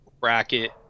bracket